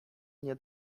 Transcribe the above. nie